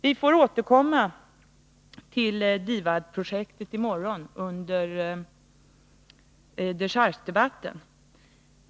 Vi får återkomma till DIVAD-projektet i morgon under dechargedebatten.